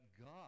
God